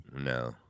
No